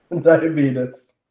Diabetes